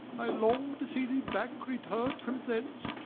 i long to see thee back return from thence,